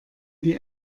die